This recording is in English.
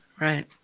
Right